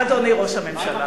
אדוני ראש הממשלה.